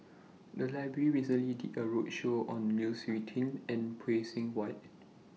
The Library recently did A roadshow on Lu Suitin and Phay Seng Whatt